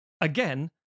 again